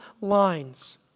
lines